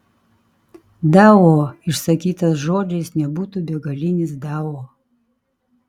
dao išsakytas žodžiais nebūtų begalinis dao